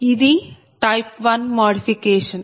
ఇది type 1 modification